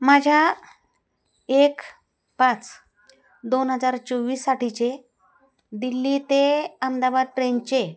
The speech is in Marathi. माझ्या एक पाच दोन हजार चोवीससाठीचे दिल्ली ते अहमदाबाद ट्रेनचे